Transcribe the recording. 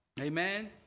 Amen